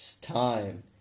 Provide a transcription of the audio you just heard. time